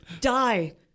Die